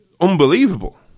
unbelievable